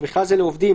ובכלל זה לעובדים,